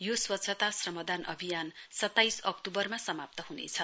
यो स्वच्छता श्रमदान अभियान सताइस अक्तूवरमा समाप्त हुनेछ